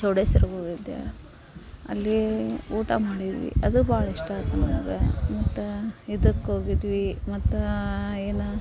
ಚೌಡೇಶ್ವರಕ್ ಹೋಗಿದ್ದೆ ಅಲ್ಲಿ ಊಟ ಮಾಡಿದ್ವಿ ಅದು ಭಾಳಿಷ್ಟ ಆಯ್ತು ನನಗೆ ಮತ್ತು ಇದಕ್ಕೋಗಿದ್ವಿ ಮತ್ತು ಏನು